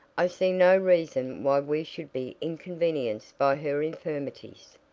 i see no reason why we should be inconvenienced by her infirmities.